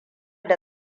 da